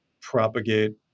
propagate